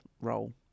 role